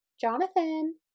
Jonathan